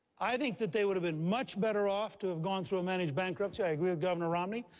i think that they would have been much better off to have gone through a managed bankruptcy, i agree with governor romney.